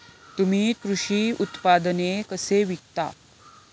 तुम्ही कृषी उत्पादने कशी विकता?